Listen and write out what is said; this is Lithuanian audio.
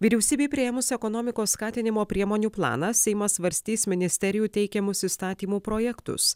vyriausybei priėmus ekonomikos skatinimo priemonių planą seimas svarstys ministerijų teikiamus įstatymų projektus